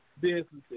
businesses